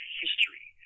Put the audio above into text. history